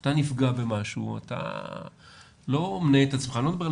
כשאתה נפגע במשהו אתה לא אני לא מדבר על